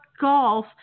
golf